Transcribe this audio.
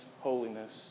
holiness